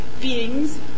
beings